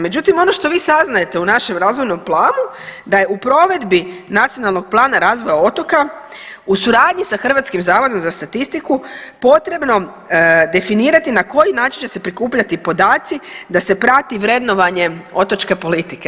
Međutim, ono što vi saznajete u našem razvojnom planu da je u provedbi Nacionalnog plana razvoja otoka u suradnju sa Hrvatskim zavodom za statistiku potrebno definirati na koji način će se prikupljati podaci da se prati vrednovanje otočke politike.